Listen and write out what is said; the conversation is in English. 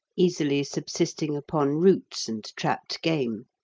easily subsisting upon roots and trapped game.